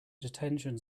detention